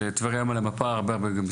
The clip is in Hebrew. טבריה נמצאת היום על המפה גם הרבה בזכותם,